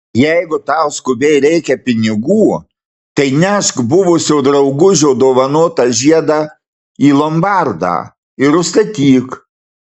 jeigu tau skubiai reikia pinigų tai nešk buvusio draugužio dovanotą žiedą į lombardą ir užstatyk